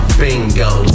bingo